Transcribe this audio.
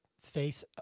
face